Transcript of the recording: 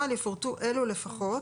(ב)בנוהל יפורטו אלו לפחות,